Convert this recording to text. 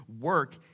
work